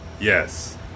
Yes